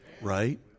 Right